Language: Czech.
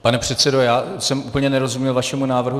Pane předsedo, já jsem úplně nerozuměl vašemu návrhu.